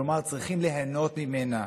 כלומר ליהנות ממנה,